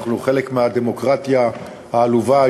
ואנחנו חלק מהדמוקרטיה העלובה,